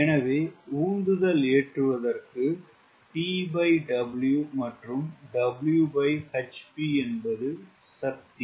எனவே உந்துதல் ஏற்றுவதற்கு TW மற்றும் Whp என்பது சக்தி